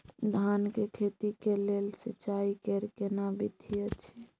धान के खेती के लेल सिंचाई कैर केना विधी अछि?